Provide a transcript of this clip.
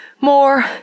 more